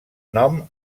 nom